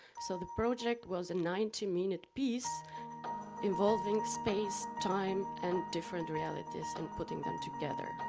so the project was a ninety minute piece involving space, time and different realities and putting them together.